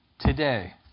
Today